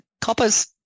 coppers